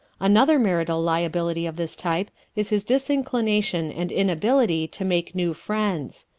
another marital liability of this type is his disinclination and inability to make new friends.